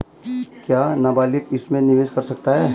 क्या नाबालिग इसमें निवेश कर सकता है?